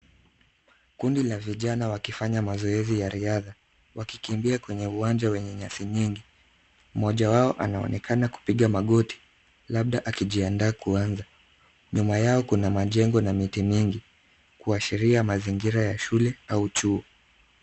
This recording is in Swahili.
Kundi la vijana wakifanya mazoezi ya riadha, wakikimbia kwenye uwanja wenye nyasi nyingi, mmoja wao anaonekana kupiga magoti, labda akijiandaa kuanza, nyuma yao kuna majengo na miti nyingi kuashiria mazingira ya shule au chuo.